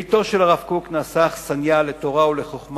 ביתו של הרב קוק נעשה אכסניה לתורה ולחוכמה,